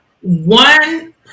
one